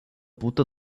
butter